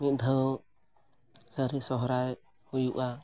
ᱢᱤᱫ ᱫᱷᱟᱣ ᱥᱟᱹᱨᱤ ᱥᱚᱦᱨᱟᱭ ᱦᱩᱭᱩᱜᱼᱟ